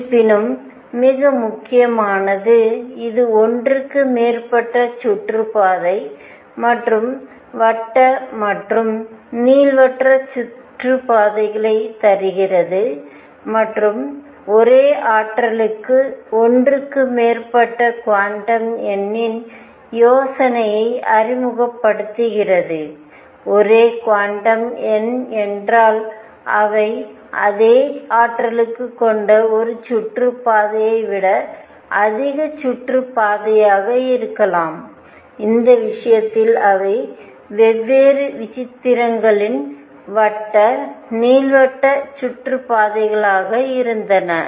இருப்பினும் மிக முக்கியமானது இது ஒன்றுக்கு மேற்பட்ட சுற்றுப்பாதை மற்றும் வட்ட மற்றும் நீள்வட்ட சுற்றுப்பாதைகளை தருகிறது மற்றும் ஒரே ஆற்றலுக்கு ஒன்றுக்கு மேற்பட்ட குவாண்டம் எண்ணின் யோசனையை அறிமுகப்படுத்துகிறது ஒரே குவாண்டம் எண் என்றால் அவை அதே ஆற்றலுக்கு கொண்ட ஒரு சுற்றுப்பாதையை விட அதிக சுற்றுப்பாதையாக இருக்கலாம் இந்த விஷயத்தில் அவை வெவ்வேறு விசித்திரங்களின் வட்ட நீள்வட்ட சுற்றுப்பாதைகளாக இருந்தன